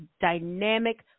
dynamic